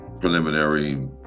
preliminary